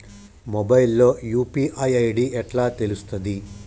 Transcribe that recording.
Mobile లో UPI ID ఎట్లా తెలుస్తది?